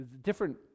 different